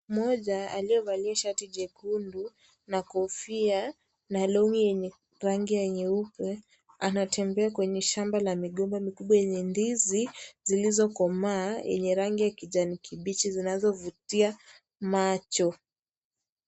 Mmoja aliyevalia shati jekundu na kofia na longi yenye rangi ya nyeupe; anatembea kwenye shamba la migomba mikibwa yenye ndizi zilizokomaa zinazovutia macho.